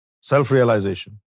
self-realization